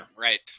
Right